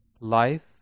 Life